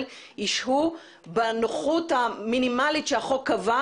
ישהו בנוחות המינימלית שהחוק קבע,